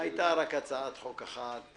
הייתה רק הצעת חוק אחת,